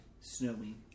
snowy